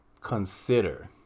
consider